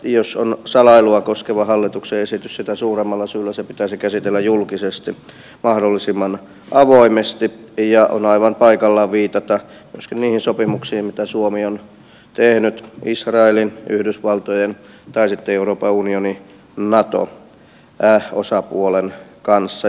jos on salailua koskeva hallituksen esitys sitä suuremmalla syyllä se pitäisi käsitellä julkisesti mahdollisimman avoimesti ja on aivan paikallaan viitata myöskin niihin sopimuksiin joita suomi on tehnyt israelin yhdysvaltojen tai sitten euroopan unioni nato osapuolen kanssa